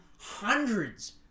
hundreds